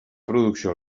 producció